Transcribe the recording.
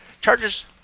Chargers